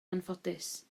anffodus